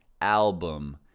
album